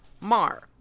Mar